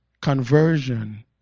Conversion